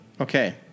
Okay